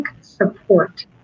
Support